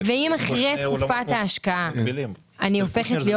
ואם אחרי תקופת ההשקעה אני הופכת להיות